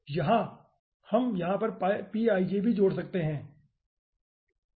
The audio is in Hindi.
यहां हम यहां पर pij भी जोड़ सकते हैं ठीक है